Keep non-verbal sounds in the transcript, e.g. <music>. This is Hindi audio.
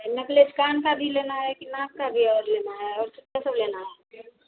नेकलेस कान का भी लेना है कि नाक का भी और लेना है और <unintelligible> सब लेना है